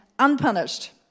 Unpunished